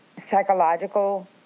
psychological